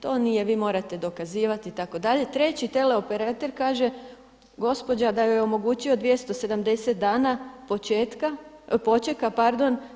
To nije vi morate dokazivati itd. treći teleoperater kaže gospođa da joj je omogućio 270 dana počeka